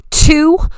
Two